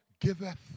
giveth